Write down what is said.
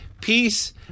Peace